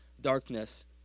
darkness